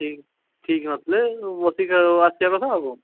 ଠିକ୍ ଠିକ୍ ନଥିଲେ ବସିକି ଆସିବା କଥା ଆଉ କ'ଣ